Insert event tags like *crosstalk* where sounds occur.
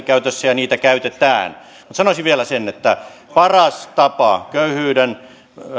*unintelligible* käytössä ja niitä käytetään sanoisin vielä sen että paras tapa köyhyyden